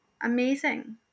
amazing